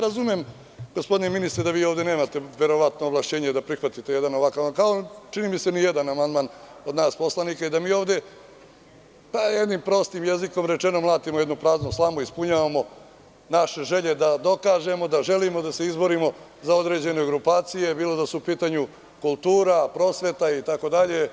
Razumem, gospodine ministre, da vi ovde nemate ovlašćenja da prihvatite jedan ovakav amandman, kao nijedan amandman od nas poslanika i da mi ovde, prostim jezikom rečeno, mlatimo praznu slamu i ispunjavamo naše želje da želimo da dokažemo da se izborimo za određene grupacije, bilo da je u pitanju kultura, prosveta itd.